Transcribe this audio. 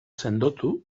sendotu